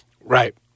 Right